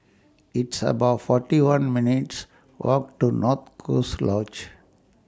It's about forty one minutes' Walk to North Coast Lodge